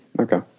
okay